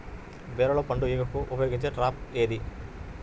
బీరలో పండు ఈగకు ఉపయోగించే ట్రాప్ ఏది?